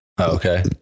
okay